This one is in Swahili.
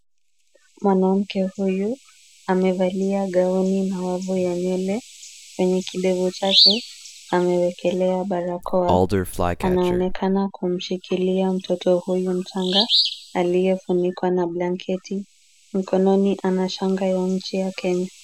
Mwanamke huyu amevalia gauni na wavu ya nywele. Kwenye kidevu chake amewekelea barakoa. Anaonekana kumshikilia mtoto huyu mchanga aliyefunikwa na blanketi. Mkononi ana shanga ya nchi ya Kenya.